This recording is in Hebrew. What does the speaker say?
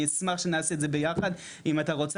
אני אשמח שנעשה את זה ביחד אם אתה רוצה,